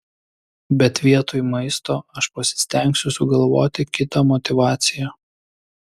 bet vietoj maisto aš pasistengsiu sugalvoti kitą motyvaciją